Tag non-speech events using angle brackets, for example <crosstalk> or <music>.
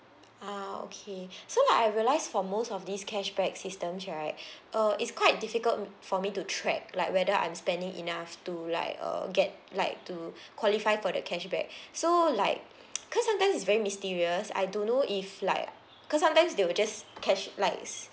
ah okay so like I've realised for most of these cashback systems right <breath> uh it's quite difficult for me to track like whether I'm spending enough to like um get like to qualify for the cashback <breath> so like because sometimes it's very mysterious I don't know if like because sometimes they will just cash likes